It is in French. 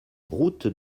route